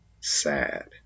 sad